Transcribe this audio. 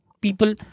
People